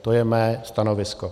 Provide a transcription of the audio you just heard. To je mé stanovisko.